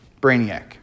Brainiac